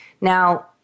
Now